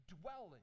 dwelling